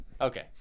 Okay